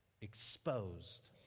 Exposed